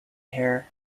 hair